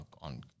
on